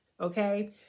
Okay